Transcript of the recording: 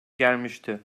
gelmişti